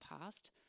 past